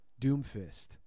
Doomfist